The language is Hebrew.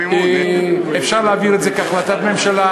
אפשר להעביר את זה כהחלטת הממשלה,